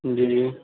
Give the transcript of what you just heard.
جی جی